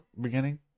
beginning